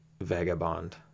vagabond